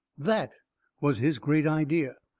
that was his great idea.